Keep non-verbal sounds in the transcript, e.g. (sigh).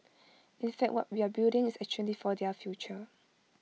(noise) in fact what we are building is actually for their future